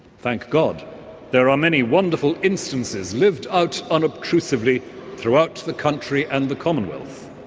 thank god there are many wonderful instances lived out unobtrusively throughout the country and the commonwealth.